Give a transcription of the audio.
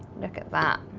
look at that.